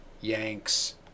Yanks